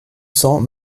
cents